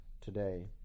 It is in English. today